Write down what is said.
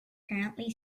currently